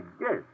yes